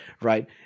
right